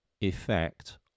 effect